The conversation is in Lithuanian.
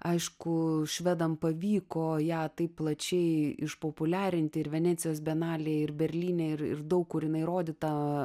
aišku švedam pavyko ją taip plačiai išpopuliarinti ir venecijos bienalėj ir berlyne ir ir daug kur jinai rodyta